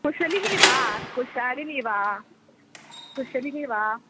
कुशलिनी वा कुशलिनी वा कुशलिनी वा